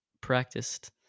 practiced